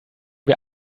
wir